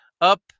up